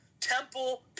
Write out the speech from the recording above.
Temple